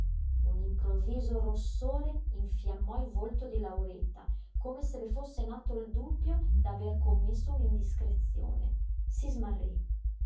un improvviso rossore infiammò il volto di lauretta come se le fosse nato il dubbio d'aver commesso un'indiscrezione si smarrí